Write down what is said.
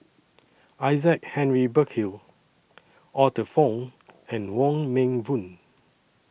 Isaac Henry Burkill Arthur Fong and Wong Meng Voon